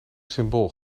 symbool